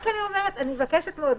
אני מבקשת מאוד,